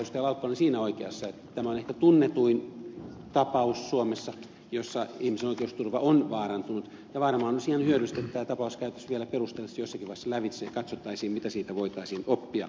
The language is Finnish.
laukkanen on siinä mielessä oikeassa että tämä on ehkä tunnetuin tapaus suomessa jossa ihmisen oikeusturva on vaarantunut ja varmaan olisi ihan hyödyllistä että tämä tapaus käytäisiin vielä perusteellisesti jossakin vaiheessa lävitse ja katsottaisiin mitä siitä voitaisiin oppia